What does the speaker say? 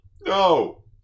No